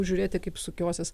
žiūrėti kaip sukiosis